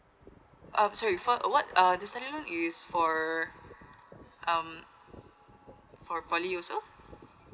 oh sorry for what uh this study loan is for um for poly user